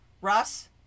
Russ